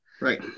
Right